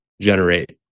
generate